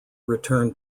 return